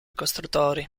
costruttori